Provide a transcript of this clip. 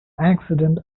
accident